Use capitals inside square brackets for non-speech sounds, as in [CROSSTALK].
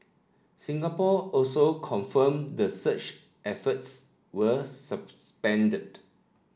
Singapore also confirmed the search efforts were [UNINTELLIGIBLE]